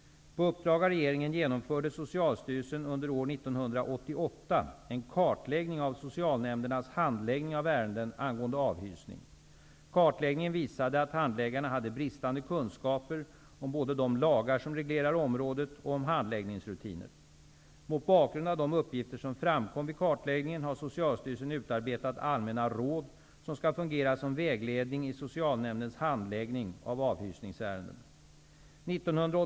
På uppdrag av regeringen genomförde Socialstyrelsen under år 1988 en kartläggning av socialnämndernas handläggning av ärenden angående avhysning. Kartläggningen visade att handläggarna hade bristande kunskaper om både de lagar som reglerar området och om handläggningsrutiner. Mot bakgrund av de uppgifter som framkom vid kartläggningen har Socialstyrelsen utarbetat allmänna råd som skall fungera som vägledning i socialnämndens handläggning av avhysningsärenden.